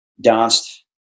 danced